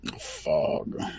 fog